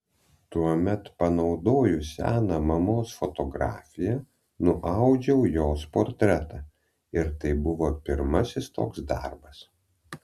tuomet panaudojus seną mamos fotografiją nuaudžiau jos portretą ir tai buvo pirmasis toks darbas